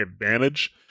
advantage